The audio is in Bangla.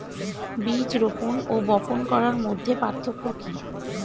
বীজ রোপন ও বপন করার মধ্যে পার্থক্য কি?